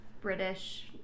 British